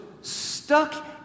stuck